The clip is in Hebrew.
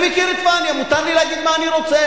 אני מכיר את פניה, מותר לי להגיד מה שאני רוצה.